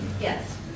yes